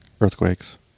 earthquakes